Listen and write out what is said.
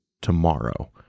tomorrow